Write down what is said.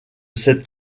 cette